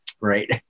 right